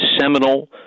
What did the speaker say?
seminal